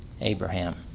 Abraham